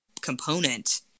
component